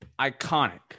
iconic